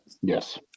Yes